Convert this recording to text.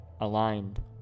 aligned